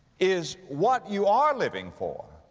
is what you are living for